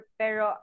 pero